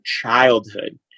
childhood